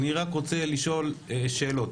אני רק רוצה לשאול שאלות: